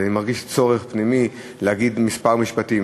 ואני מרגיש צורך פנימי להגיד כמה משפטים.